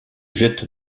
jette